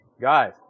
Guys